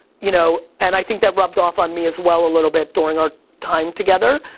you know, and i think that rubbed off on me, as well, a little bit during our time together.